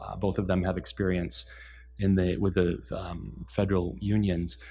ah both of them have experience with the federal unions.